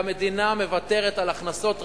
והמדינה מוותרת על הכנסות רבות,